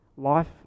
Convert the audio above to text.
Life